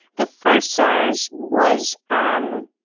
the first sars was um